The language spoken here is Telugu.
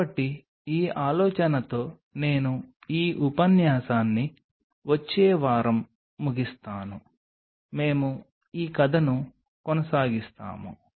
కాబట్టి ఈ ఆలోచనతో నేను ఈ ఉపన్యాసాన్ని వచ్చే వారం ముగిస్తాను మేము ఈ కథను కొనసాగిస్తాము